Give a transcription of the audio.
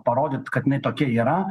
parodyt kad jinai tokia yra